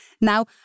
Now